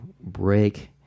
break